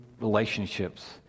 relationships